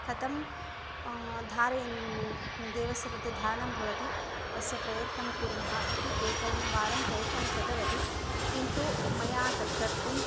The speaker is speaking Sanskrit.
कथं धारयन्ती देवस्य प्रति धारणं भवति तस्य प्रयत्नं कुर्मः इति एकं वारं प्रयत्नं कृतवती किन्तु मया तत् कर्तुं